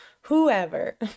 Whoever